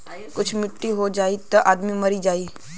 कुल मट्टी हो जाई त आदमी मरिए जाई